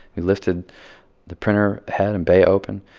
they lifted the printer head, and bay opened.